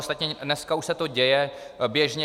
Ostatně dneska už se to děje běžně.